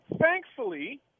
thankfully